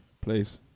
please